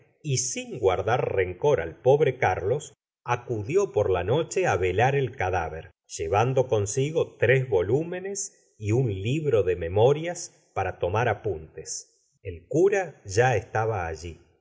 y sin guardar rencor al pobre carlos acudió por la noche á velar el cadáver llevando consigo tres volúmenes y un libro de memorias para tomar apuntes el cura ya estaba alll